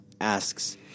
asks